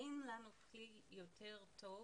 אין לנו כלי יותר טוב.